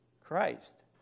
Christ